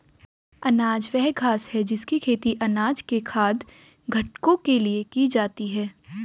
अनाज वह घास है जिसकी खेती अनाज के खाद्य घटकों के लिए की जाती है